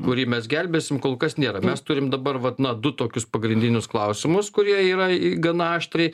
kurį mes gelbėsim kol kas nėra mes turim dabar vat na du tokius pagrindinius klausimus kurie yra gana aštriai